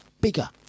Bigger